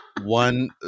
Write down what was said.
one